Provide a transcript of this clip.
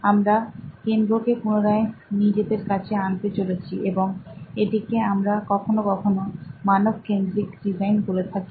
আমরা কেন্দ্র কে পুনরায় নিজেদের কাছে আনতে চলেছি এবং এটিকে আমরা কখনো কখনো মানব কেন্দ্রিক ডিজাইন বলে থাকি